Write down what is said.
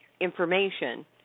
information